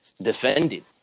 Defended